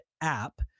app